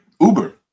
Uber